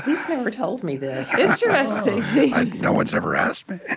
he's never told me this. interesting no one's ever asked me